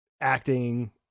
acting